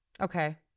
Okay